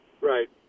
Right